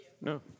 no